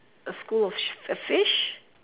a school of sh~ a fish